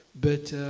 but